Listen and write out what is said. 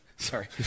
Sorry